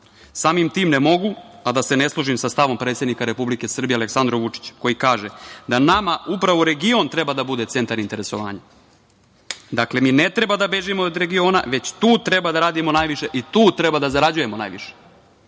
tim ne mogu a da se ne složim sa stavom predsednika Republike Srbije Aleksandrom Vučićem koji kaže da nama upravo region treba da bude centar interesovanja. Dakle, mi ne treba da bežimo od regiona, već tu treba da radimo najviše i tu treba da zarađujemo najviše.